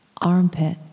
Armpit